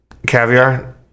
Caviar